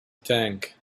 tank